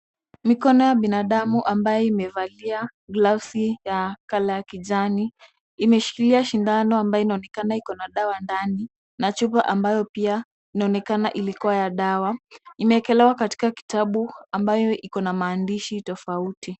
Mikono ya binadamu ambayo imevalia glavsi ya colour ya kijani imeshikilia sindano ambayo inaonekana iko na dawa ndani na chupa ambayo pia inaonekana ilikuwa ya dawa. Imeekelewa katika kitabu ambayo iko na maandishi tofauti.